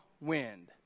wind